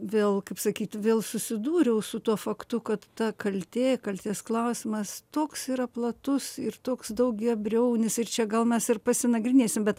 vėl kaip sakyt vėl susidūriau su tuo faktu kad ta kaltė kaltės klausimas toks yra platus ir toks daugiabriaunis ir čia gal mes ir pasinagrinėsim bet